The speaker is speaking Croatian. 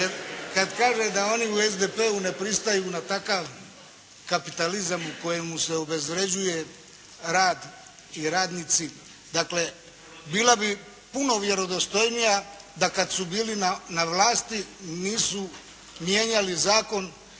da. Kad kaže da oni u SDP-u ne pristaju na takav kapitalizam u kojemu se obezvređuje rad i radnici dakle, bila bi puno vjerodostojnija da kad su bili na vlasti nisu mijenjali zakon